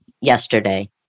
yesterday